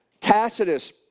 Tacitus